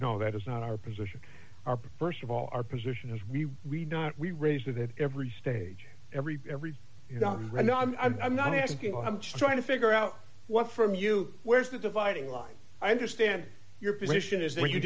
no that is not our position our st of all our position is we we not we raised with it every stage every every you know right now i'm i'm not asking i'm just trying to figure out what from you where is the dividing line i understand your position is that you